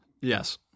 Yes